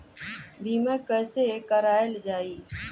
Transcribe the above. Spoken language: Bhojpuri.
बीमा कैसे कराएल जाइ?